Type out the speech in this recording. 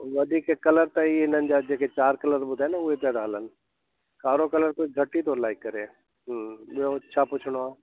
वधीक कलर त इहे इननि जा जेके चारि कलर ॿुधाइन न उहे पिया था हलनि कारो कलर कोई घटि ई थो लाइक करे ॿियो छा पुछिणो आहे